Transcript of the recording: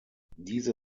diese